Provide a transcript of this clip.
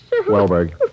Wellberg